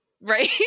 Right